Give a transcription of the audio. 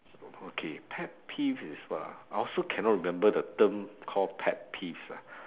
okay pet peeve is what ah I also cannot remember the term called pet peeves ah